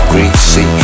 Greasy